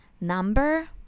Number